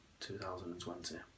2020